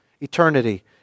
eternity